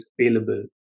available